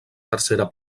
tercera